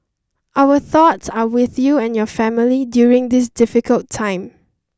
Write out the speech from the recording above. our thoughts are with you and your family during this difficult time